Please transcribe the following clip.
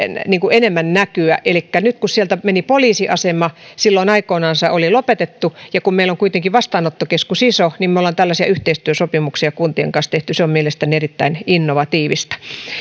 enemmän näkyä elikkä nyt kun sieltä meni poliisiasema silloin aikoinansa oli lopetettu ja kun meillä on kuitenkin iso vastaanottokeskus niin me olemme tällaisia yhteistyösopimuksia kuntien kanssa tehneet se on mielestäni erittäin innovatiivista